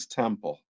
temple